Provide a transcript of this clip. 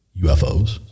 UFOs